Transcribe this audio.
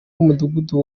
w’umudugudu